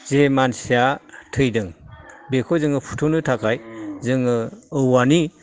जे मानसिया थैदों बेखौ जोङो फुथुनो थाखाय जोङो औवानि